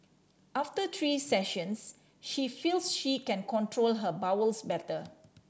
after three sessions she feels she can control her bowels better